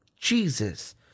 Jesus